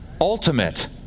Ultimate